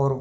और